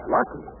Lucky